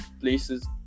places